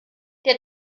der